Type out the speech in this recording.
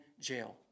jail